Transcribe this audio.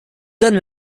donne